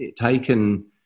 taken